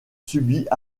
subit